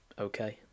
okay